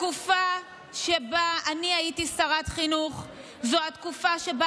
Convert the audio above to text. התקופה שבה אני הייתי שרת חינוך הייתה התקופה שבה